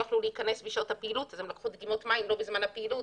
יכלו להיכנס בשעות הפעילות אז הם לקחו דגימות מים לא בזמן הפעילות.